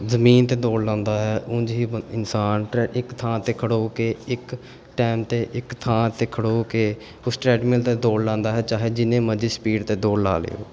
ਜਮੀਨ 'ਤੇ ਦੌੜ ਲਾਉਂਦਾ ਹੈ ਉਂਝ ਹੀ ਬ ਇਨਸਾਨ ਟ੍ਰੈ ਇੱਕ ਥਾਂ 'ਤੇ ਖੜੋ ਕੇ ਇੱਕ ਟਾਈਮ 'ਤੇ ਇੱਕ ਥਾਂ 'ਤੇ ਖੜੋ ਕੇ ਉਸ ਟ੍ਰੈਡਮਿਲ 'ਤੇ ਦੌੜ ਲਾਉਂਦਾ ਹੈ ਚਾਹੇ ਜਿੰਨੇ ਮਰਜੀ ਸਪੀਡ 'ਤੇ ਦੌੜ ਲਾ ਲਏ ਉਹ